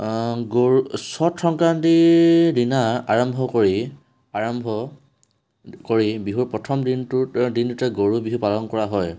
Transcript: গৰু চ'ত সংক্ৰান্তিৰ দিনা আাৰম্ভ কৰি আৰম্ভ কৰি বিহুৰ প্ৰথম দিনটোত দিনটোতে গৰু বিহু পালন কৰা হয়